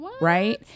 Right